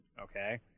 okay